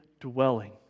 dwelling